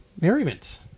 merriment